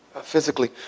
physically